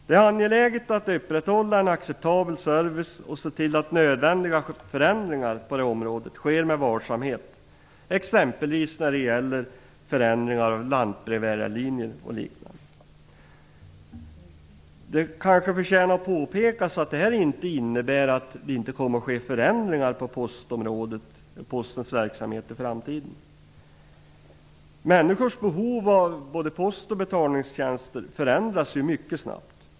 Det är angeläget att upprätthålla en acceptabel service och se till att nödvändiga förändringar på detta område sker med varsamhet, exempelvis när det gäller förändringar på lantbrevbärarlinjer och liknande. Det kanske förtjänar att påpekas att detta inte innebär att det inte kommer att ske förändringar av postens verksamhet i framtiden. Människors behov av både post och betalningstjänster förändras mycket snabbt.